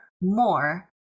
more